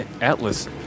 Atlas